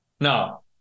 Now